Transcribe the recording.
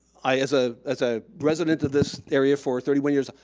i, as ah as a resident of this area for thirty one years,